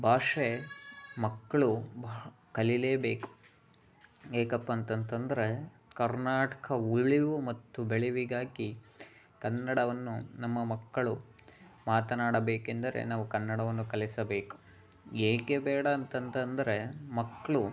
ಭಾಷೆ ಮಕ್ಕಳು ಬಹ ಕಲಿಯಲೇಬೇಕು ಏಕಪ್ಪ ಅಂತಂತಂದರೆ ಕರ್ನಾಟಕ ಉಳಿವು ಮತ್ತು ಬೆಳೆವಿಗಾಗಿ ಕನ್ನಡವನ್ನು ನಮ್ಮ ಮಕ್ಕಳು ಮಾತನಾಡಬೇಕೆಂದರೆ ನಾವು ಕನ್ನಡವನ್ನು ಕಲಿಸಬೇಕು ಏಕೆ ಬೇಡ ಅಂತಂತಂದರೆ ಮಕ್ಕಳು